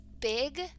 big